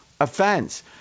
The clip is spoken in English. offense